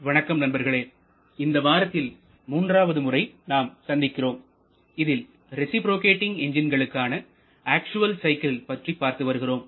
வணக்கம் நண்பர்களேஇந்த வாரத்தில் மூன்றாவது முறை நாம் சந்திக்கிறோம் இதில் ரேசிப்ரோகேட்டிங் எஞ்சின்களுக்கான அக்சுவல் சைக்கிள் பற்றி பார்த்து வருகிறோம்